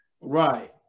Right